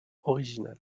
original